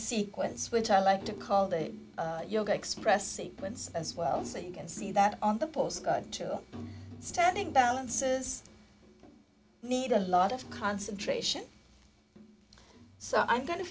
sequence which i like to call the yoga express sequence as well so you can see that on the post to standing balances need a lot of concentration so i'm going to